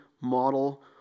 model